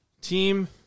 team